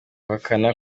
guhakana